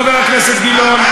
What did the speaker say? חבר הכנסת גילאון?